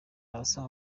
abasanga